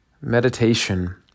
Meditation